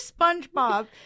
SpongeBob